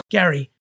Gary